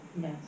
yes